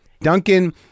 Duncan